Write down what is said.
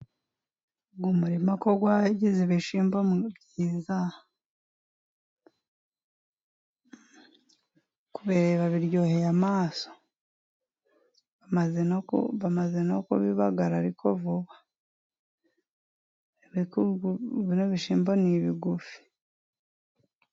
Uyu murima wagize ibishyimbo byiza kubireba biryoheye amaso bamaze no kubibagara vuba kandi ni ibigufi.